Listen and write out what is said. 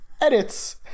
Edits